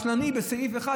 הרשלני בסעיף 1,